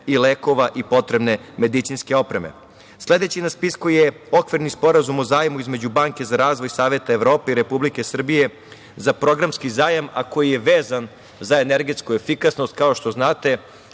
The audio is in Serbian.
i lekova i potrebne medicinske opreme. Sledeći na spisku je Okvirni sporazum o zajmu između Banke za razvoj Saveta Evrope i Republike Srbije za programski zajam, a koji je vezan za energetsku efikasnost. Kao što znate,